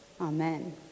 Amen